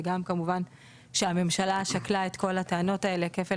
וכמובן שהממשלה שקלה את כל הטענות של כפל